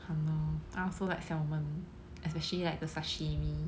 !hannor! I also like salmon especially like the sashimi